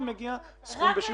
אם מגיע סכום בשיעור של 5%. רק למי